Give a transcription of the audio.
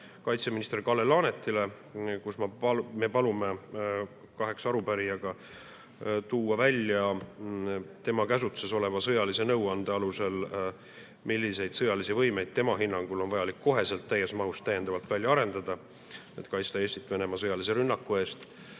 kaitseminister Kalle Laanetile üle arupärimise, milles me kaheksa arupärijaga palume tuua välja tema käsutuses oleva sõjalise nõuande alusel selle, milliseid sõjalisi võimeid on tema hinnangul vaja kohe täies mahus täiendavalt välja arendada, et kaitsta Eestit Venemaa sõjalise rünnaku eest.